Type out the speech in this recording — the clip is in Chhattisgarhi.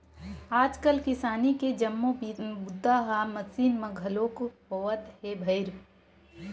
आजकाल किसानी के जम्मो बूता ह मसीन म घलोक होवत हे बइर